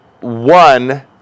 one